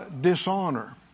dishonor